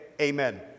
Amen